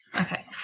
Okay